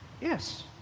Yes